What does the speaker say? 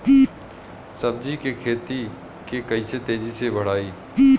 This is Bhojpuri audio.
सब्जी के खेती के कइसे तेजी से बढ़ाई?